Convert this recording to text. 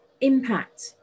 impact